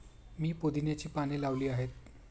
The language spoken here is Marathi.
मी पुदिन्याची पाने लावली आहेत